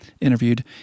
interviewed